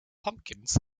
pumpkins